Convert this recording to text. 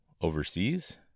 overseas